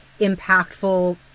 impactful